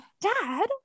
dad